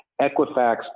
Equifax